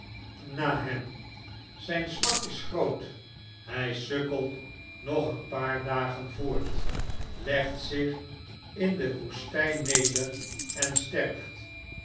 na hem zyn smart is groot hy sukkelt nog een paar dagen voort legt zich in de woestyn neder en sterft